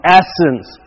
essence